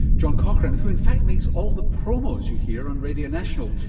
john cochrane, who in fact makes all the promos you hear on radio national,